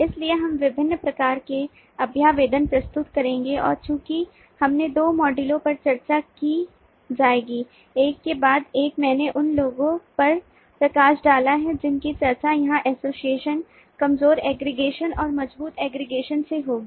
इसलिए हम विभिन्न प्रकार के अभ्यावेदन प्रस्तुत करेंगे और चूँकि इसमें दो मॉड्यूलों पर चर्चा की जाएगी एक के बाद एक मैंने उन लोगों पर प्रकाश डाला है जिनकी चर्चा यहाँ एसोसिएशन कमजोर aggregation और मजबूत aggregation से होगी